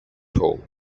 hole